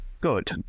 good